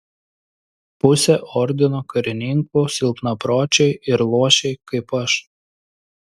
pusė ordino karininkų silpnapročiai ir luošiai kaip aš